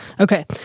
Okay